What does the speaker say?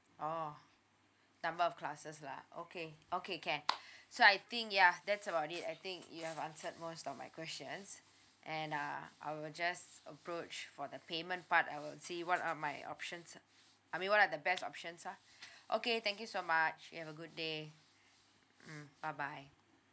oh number of classes lah okay okay can so I think ya that's about it I think you've answered most of my questions and uh I will just approach for the payment part I will see what are my options I mean what are the best options ah okay thank you so much you have a good day mm bye bye